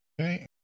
Okay